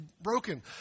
broken